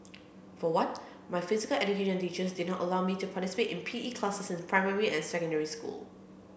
for one my physical education teachers did not allow me to participate in P E classes in primary and secondary school